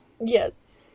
yes